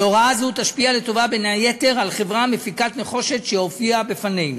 הוראה זו תשפיע לטובה בין היתר על חברה המפיקה נחושת שהופיעה בפנינו,